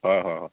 হয় হয় হয়